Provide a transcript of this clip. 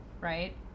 Right